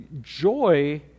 joy